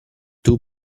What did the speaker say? two